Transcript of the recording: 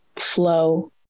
flow